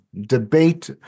debate